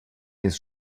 des